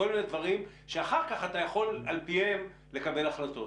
כל מיני דברים שאחר כך אתה יכול על פיהם לקבל החלטות?